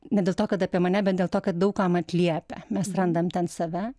ne dėl to kad apie mane bet dėl to kad daug kam atliepia mes randam ten save